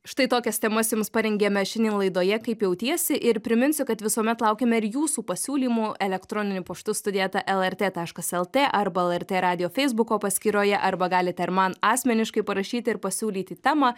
štai tokias temas jums parengėme šiandien laidoje kaip jautiesi ir priminsiu kad visuomet laukiame ir jūsų pasiūlymų elektroniniu paštu studija eta lrt taškas lt arba lrt radijo feisbuko paskyroje arba galite ir man asmeniškai parašyti ir pasiūlyti temą